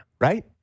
Right